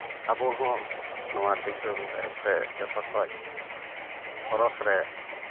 ᱟᱵᱚ ᱦᱚᱸ ᱱᱚᱣᱟ ᱫᱤᱥᱚᱢ ᱨᱮ ᱡᱚᱛᱚ ᱠᱷᱚᱱ ᱥᱚᱨᱚᱥ ᱨᱮ